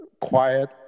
quiet